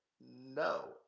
no